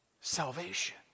salvation